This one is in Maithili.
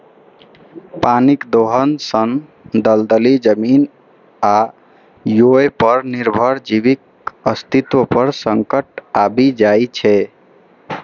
पानिक दोहन सं दलदली जमीन आ ओय पर निर्भर जीवक अस्तित्व पर संकट आबि जाइ छै